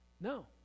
No